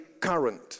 current